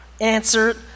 answered